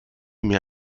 mir